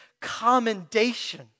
commendation